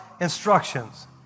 instructions